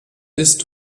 ist